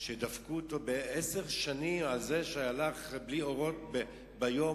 שדפקו אותו בעשר שנים על זה שנסע בלי אורות ביום,